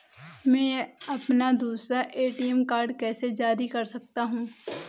मैं अपना दूसरा ए.टी.एम कार्ड कैसे जारी कर सकता हूँ?